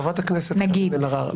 חברת הכנסת קארין אלהרר ,